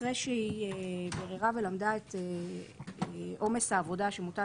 אחרי שהיא ביררה ולמדה את עומס העבודה שמוטל